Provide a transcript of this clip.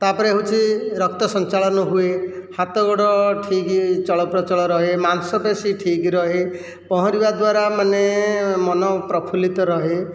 ତା'ପରେ ହେଉଛି ରକ୍ତ ସଞ୍ଚାଳନ ହୁଏ ହାତଗୋଡ଼ ଠିକ୍ ଚଳପ୍ରଚଳ ରହେ ମାଂସପେଶୀ ଠିକ୍ ରହେ ପହଁରିବା ଦ୍ଵାରା ମାନେ ମନ ପ୍ରଫୁଲ୍ଲିତ ରହେ